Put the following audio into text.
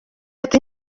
ati